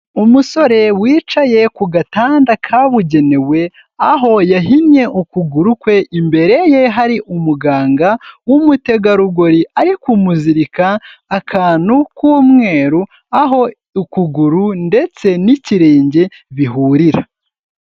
Umusore wicaye ku gatanda kabugenewe, aho yahinnye ukuguru kwe imbere ye hari umuganga w'umutegarugori ari kumuzirika akantu k'umweru, aho ukuguru ndetse n'ikirenge bihurira.